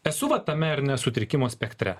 esu va tame ar ne sutrikimo spektre